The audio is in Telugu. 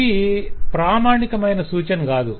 ఇది ప్రామాణికమైన సూచన కాదు